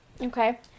Okay